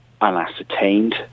unascertained